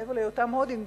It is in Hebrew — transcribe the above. מעבר להיותם הודים,